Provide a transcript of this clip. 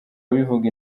bivuga